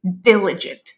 diligent